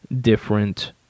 different